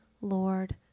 Lord